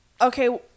okay